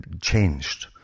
changed